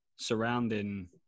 surrounding